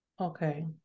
Okay